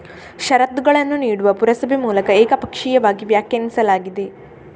ಷರತ್ತುಗಳನ್ನು ನೀಡುವ ಪುರಸಭೆ ಮೂಲಕ ಏಕಪಕ್ಷೀಯವಾಗಿ ವ್ಯಾಖ್ಯಾನಿಸಲಾಗಿದೆ